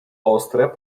ostre